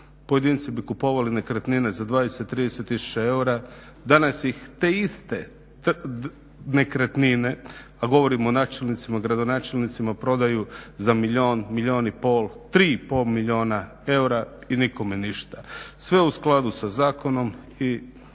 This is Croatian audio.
pojedinci bi kupovali nekretnine za 20, 30 tisuća eura, danas ih, te iste nekretnine, a govorimo o načelnicima, gradonačelnicima, prodaju za milijun, milijun i pol, tri i pol milijuna eura i nikome ništa. Sve u skladu sa zakonom i